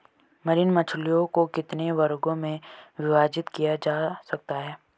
Marine मछलियों को कितने वर्गों में विभाजित किया जा सकता है?